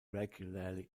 regularly